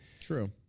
True